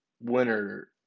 winner